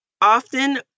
Often